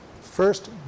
first